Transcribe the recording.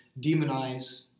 demonize